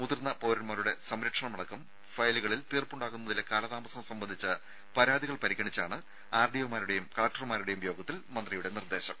മുതിർന്ന പൌരൻമാരുടെ സംരക്ഷണമടക്കം ഫയലുകളിൽ തീർപ്പുണ്ടാകുന്നതിലെ കാലതാമസം സംബന്ധിച്ച പരാതികൾ പരിഗണിച്ചാണ് ആർഡിഒ മാരുടേയും കലക്ടർമാരുടേയും യോഗത്തിൽ മന്ത്രിയുടെ നിർദേശം